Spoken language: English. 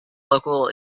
local